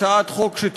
כיושב-ראש ועדת הכספים.